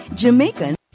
Jamaican